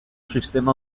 sistema